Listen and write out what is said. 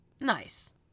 Nice